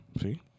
See